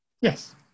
Yes